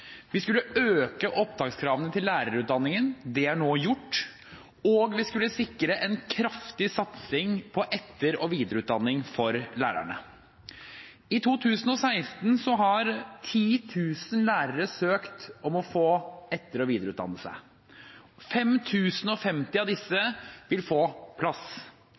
Vi skulle øke opptakskravene til lærerutdanningen – det er nå gjort. Og vi skulle sikre en kraftig satsing på etter- og videreutdanning for lærerne. I 2016 har 10 000 lærere søkt om å få etter- og videreutdannelse. 5 050 av disse vil få plass.